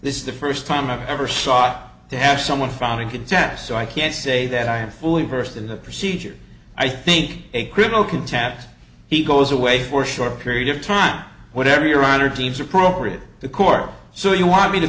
this is the first time i've ever sought to have someone filing contempt so i can say that i am fully versed in the procedure i think a criminal contempt he goes away for a short period of time whatever your honor deems appropriate the court so you want me to